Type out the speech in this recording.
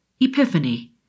Epiphany